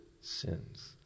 sins